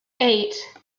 eight